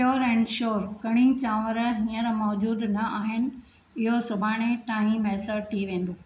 प्योरु and श्योरु कड़ी चांवर हींअर मौजूदु न आहिनि इहो सुभाणे ताईं मयसरु थी वेंदो